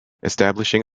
establishing